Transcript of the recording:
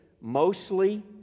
mostly